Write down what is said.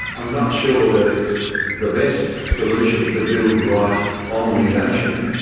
i'm not sure that it's the best solution, to build right on the ocean.